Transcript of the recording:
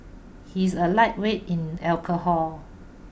he is a lightweight in alcohol